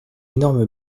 énorme